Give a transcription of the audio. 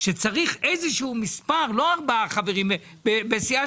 שצריך איזשהו מספר ולא ארבעה חברים כאשר בסיעה